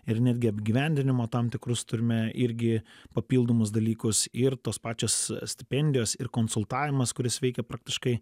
ir netgi apgyvendinimo tam tikrus turime irgi papildomus dalykus ir tos pačios stipendijos ir konsultavimas kuris veikia praktiškai